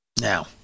Now